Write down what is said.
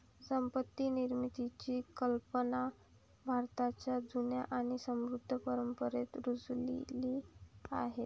संपत्ती निर्मितीची कल्पना भारताच्या जुन्या आणि समृद्ध परंपरेत रुजलेली आहे